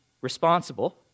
responsible